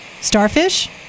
Starfish